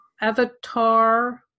avatar